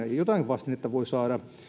jotain vastinetta voi saada